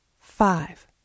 five